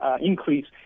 increase